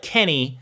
Kenny